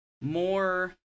more